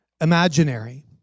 imaginary